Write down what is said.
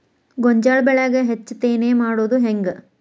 ಗೋಂಜಾಳ ಬೆಳ್ಯಾಗ ಹೆಚ್ಚತೆನೆ ಮಾಡುದ ಹೆಂಗ್?